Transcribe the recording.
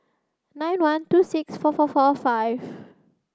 nine one two six four four four five